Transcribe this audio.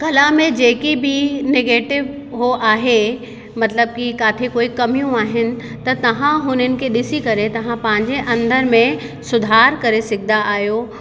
कला में जेके बि नेगेटिव हो आहे मतिलबु कि किथे कोई कमियूं आहिनि त तव्हां हुननि खे ॾिसी करे तव्हां पंहिंजे अंदरि में सुधार करे सघंदा आहियो